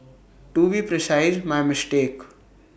to be precise my mistake